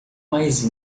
mais